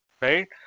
right